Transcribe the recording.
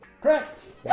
Correct